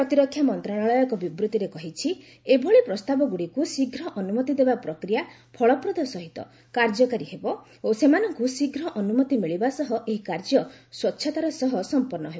ପ୍ରତିରକ୍ଷା ମନ୍ତ୍ରଣାଳୟ ଏକ ବିବୃତିରେ କହିଛି ଏଭଳି ପ୍ରସ୍ତାବଗୁଡ଼ିକୁ ଶୀଘ୍ର ଅନୁମତି ଦେବା ପ୍ରକ୍ରିୟା ଫଳପ୍ରଦ ସହିତ କାର୍ଯ୍ୟକାରୀ ହେବ ଓ ସେମାନଙ୍କୁ ଶୀଘ୍ର ଅନୁମତି ମିଳିବା ସହ ଏହି କାର୍ଯ୍ୟ ସ୍ପଚ୍ଛତାର ସହ ସମ୍ପନ୍ନ ହେବ